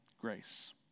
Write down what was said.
grace